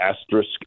asterisk